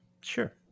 Sure